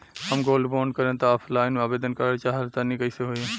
हम gold bond करंति offline आवेदन करल चाह तनि कइसे होई?